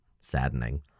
saddening